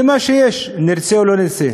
זה מה שיש, נרצה או לא נרצה.